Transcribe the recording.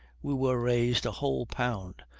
we were raised a whole pound,